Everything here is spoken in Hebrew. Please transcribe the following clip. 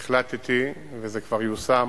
החלטתי, וזה כבר יושם,